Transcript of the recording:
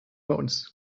mods